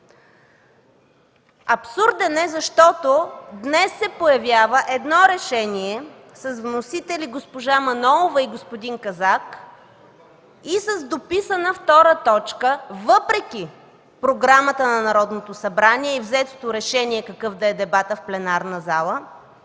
Абсурден е, защото днес се появява едно решение с вносители госпожа Манолова и господин Казак, и с дописана втора точка въпреки Програмата на Народното събрание и взетото решение какъв да е дебатът в пленарната зала,